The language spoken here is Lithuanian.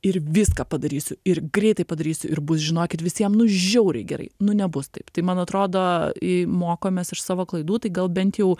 ir viską padarysiu ir greitai padarysiu ir bus žinokit visiem nu žiauriai gerai nu nebus taip tai man atrodo į mokomės iš savo klaidų tai gal bent jau